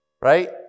right